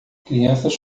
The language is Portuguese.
crianças